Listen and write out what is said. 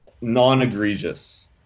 non-egregious